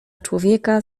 człowieka